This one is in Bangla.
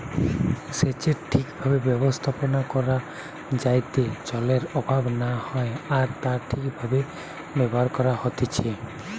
সেচের ঠিক ভাবে ব্যবস্থাপনা করা যাইতে জলের অভাব না হয় আর তা ঠিক ভাবে ব্যবহার করা হতিছে